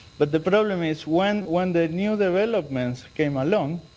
but the problem is when when the new developments came along,